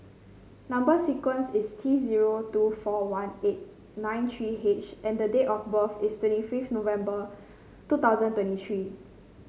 number sequence is T zero two four one eight nine three H and date of birth is twenty fifth November two thousand twenty three